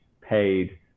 paid